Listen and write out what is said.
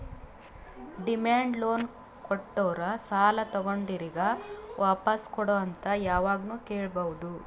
demand loan ಕೊಟ್ಟೋರು ಸಾಲ ತಗೊಂಡೋರಿಗ್ ವಾಪಾಸ್ ಕೊಡು ಅಂತ್ ಯಾವಾಗ್ನು ಕೇಳ್ಬಹುದ್